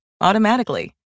automatically